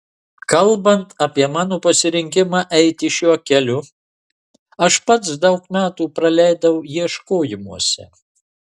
kalbant apie mano pasirinkimą eiti šiuo keliu aš pats daug metų praleidau ieškojimuose